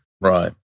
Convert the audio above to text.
Right